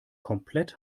komplett